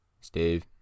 Steve